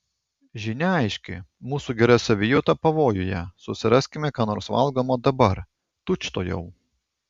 žinia aiški mūsų gera savijauta pavojuje susiraskime ką nors valgomo dabar tučtuojau